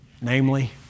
Namely